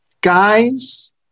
guys